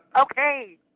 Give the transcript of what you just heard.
Okay